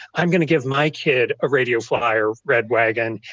i'm gonna give my kid a radio flyer red wagon.